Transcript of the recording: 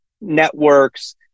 networks